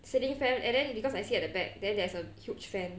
ceiling fan and then because I sit at the back then there's a huge fan